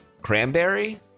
cranberry